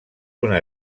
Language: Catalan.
una